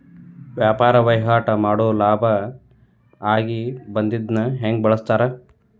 ವ್ಯಾಪಾರ್ ವಹಿವಾಟ್ ಮಾಡೋರ್ ಲಾಭ ಆಗಿ ಬಂದಿದ್ದನ್ನ ಹೆಂಗ್ ಬಳಸ್ತಾರ